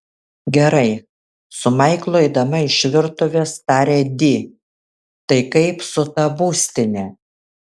gerai su maiklu eidama iš virtuvės tarė di tai kaip su ta būstine